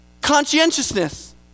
Conscientiousness